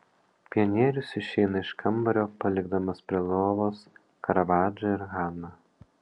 pionierius išeina iš kambario palikdamas prie lovos karavadžą ir haną